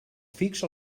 fix